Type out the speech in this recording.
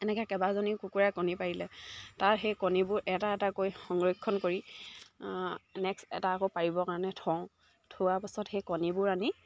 এনেকৈ কেইবাজনী কুকুৰাই কণী পাৰিলে তাৰ সেই কণীবোৰ এটা এটাকৈ সংৰক্ষণ কৰি নেক্সট এটা আকৌ পাৰিবৰ কাৰণে থওঁ থোৱাৰ পাছত সেই কণীবোৰ আনি